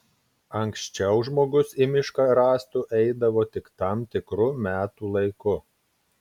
anksčiau žmogus į mišką rąstų eidavo tik tam tikru metų laiku